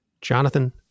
Jonathan